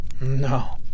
no